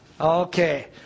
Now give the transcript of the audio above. Okay